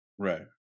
Right